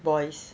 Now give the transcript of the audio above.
boys